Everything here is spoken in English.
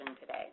today